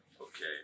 Okay